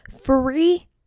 free